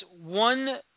one